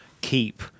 keep